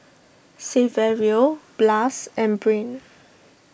Saverio Blas and Brain